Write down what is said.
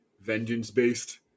vengeance-based